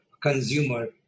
consumer